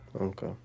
Okay